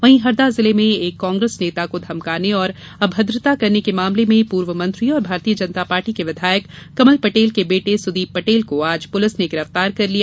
वहीं हरदा जिले में एक कांग्रेस नेता को धमकाने और अभद्रता करने के मामले में पूर्व मंत्री और भारतीय जनता पार्टी के विधायक कमल पटेल के बेटे सुदीप पटेल को आज पुलिस ने गिरफ्तार कर लिया